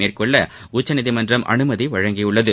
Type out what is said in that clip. மேற்கொள்ள உச்சநீதிமன்றம் அனுமதி வழங்கியுள்ளது